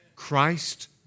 Christ